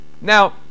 Now